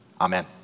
Amen